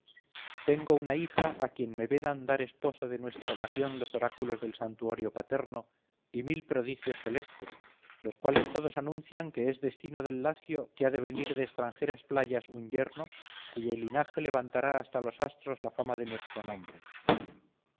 tengo una hija a quien me vedan dar esposo de nuestra nación los oráculos del santuario paterno y mil prodigios celestes los cuales todos anuncian que es destino del lacio que ha de venir de extranjeras playas un yerno cuyo linaje levantará hasta los astros la fama de nuestro nombre